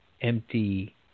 empty